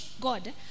God